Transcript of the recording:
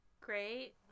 Great